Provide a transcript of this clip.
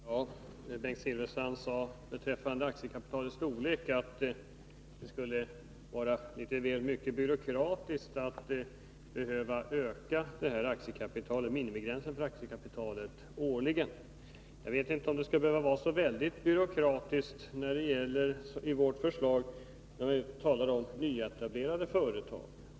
Fru talman! Bengt Silfverstrand sade beträffande aktiekapitalets storlek att det skulle vara litet väl byråkratiskt att årligen behöva höja minimigränsen för aktiekapitalet. Jag vet inte om det skulle vara så väldigt byråkratiskt. I vårt förslag talar vi om nyetablerade företag.